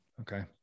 okay